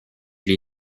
l’ai